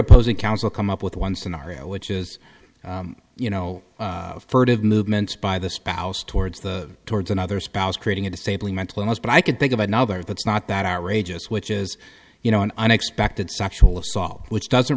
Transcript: opposing counsel come up with one scenario which is you know furtive movements by the spouse towards the towards another spouse creating a disabling mental illness but i can't think of another that's not that are a just which is you know an unexpected sexual assault which doesn't